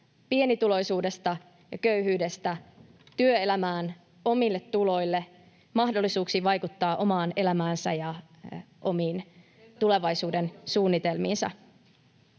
Entäs jos on jo siellä työelämässä?] omille tuloille, mahdollisuuksiin vaikuttaa omaan elämäänsä ja omiin tulevaisuudensuunnitelmiinsa.